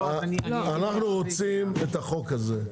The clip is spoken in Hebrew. אנחנו רוצים את החוק הזה.